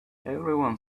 everyone